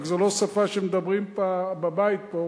רק זו לא שפה שמדברים אותה בבית פה.